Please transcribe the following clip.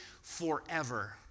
forever